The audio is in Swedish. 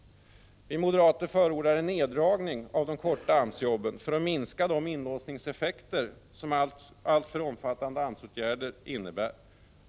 Vi moderater förordar en neddragning av de korta AMS-jobben för att minska de inlåsningseffekter som alltför omfattande AMS-åtgärder leder till.